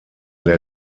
der